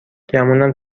گمونم